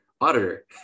auditor